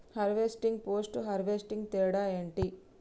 Harvesting, post harvesting తేడా ఏంటి?